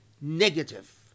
negative